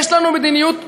יש לנו מדיניות ברורה.